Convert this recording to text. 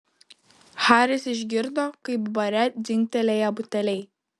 haris išgirdo kaip bare dzingtelėjo buteliai